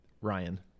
Ryan